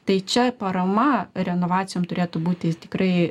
tai čia parama renovacijom turėtų būti tikrai